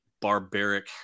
barbaric